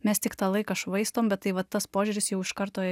mes tik tą laiką švaistom bet tai va tas požiūris jau iš karto